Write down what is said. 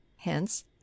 hence